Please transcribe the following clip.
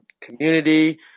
community